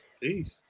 Peace